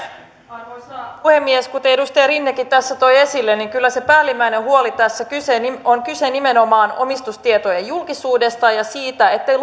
arvoisa puhemies kuten edustaja rinnekin tässä toi esille kyllä siinä päällimmäisessä huolessa tässä on kyse nimenomaan omistustietojen julkisuudesta ja siitä ettei